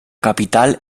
capital